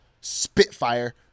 spitfire